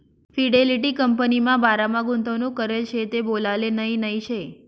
Fidelity कंपनीमा बारामा गुंतवणूक करेल शे ते बोलाले नही नही शे